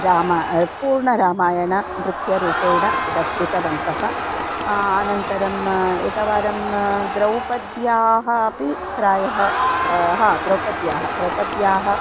रामः पूर्णरामायणं नृत्यरूपेण दर्शितवन्तः अनन्तरम् एकवारं द्रौपद्याः अपि प्रायः हा द्रौपद्याः द्रौपद्याः